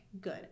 good